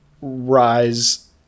rise